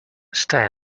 stay